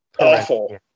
awful